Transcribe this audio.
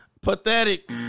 Pathetic